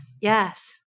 Yes